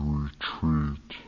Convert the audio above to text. retreat